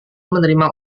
menerima